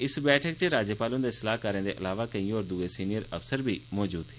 इस बैठक च राज्यपाल हुंदे सलाहकारें दे अलावा केंई होर सीनियर अफसर बी मौजूद है